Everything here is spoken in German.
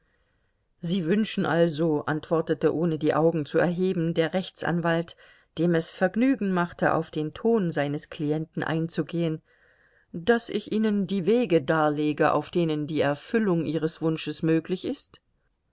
sie wünschen also antwortete ohne die augen zu erheben der rechtsanwalt dem es vergnügen machte auf den ton seines klienten einzugehen daß ich ihnen die wege darlege auf denen die erfüllung ihres wunsches möglich ist